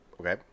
Okay